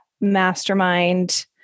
mastermind